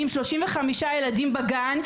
עם עוד 35 ילדים בגן,